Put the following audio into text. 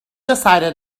decided